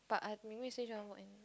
but I Ming-Hui say she want work in